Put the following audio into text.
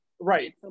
Right